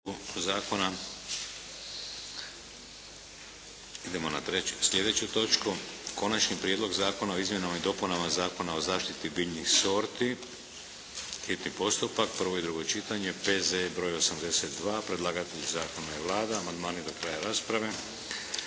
Konačni prijedlog zakona o izmjenama i dopunama Zakona o zaštiti biljnih sorti, hitni postupak, prvo i drugo čitanje, P.Z.E. br. 82. Predlagatelj Zakona je Vlada. Amandmani do kraja rasprave